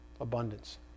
abundance